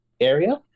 area